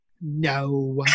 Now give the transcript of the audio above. no